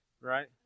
right